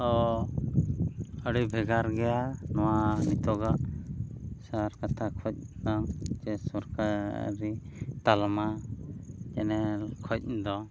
ᱛᱚ ᱟᱹᱰᱤ ᱵᱷᱮᱜᱟᱨ ᱜᱮᱭᱟ ᱱᱚᱣᱟ ᱱᱤᱛᱚᱜᱟᱜ ᱥᱟᱨ ᱠᱟᱛᱷᱟ ᱠᱷᱚᱡ ᱛᱟᱢ ᱥᱮ ᱥᱚᱨᱠᱟᱨᱤ ᱛᱟᱞᱢᱟ ᱪᱮᱱᱮᱞ ᱠᱷᱚᱡ ᱫᱚ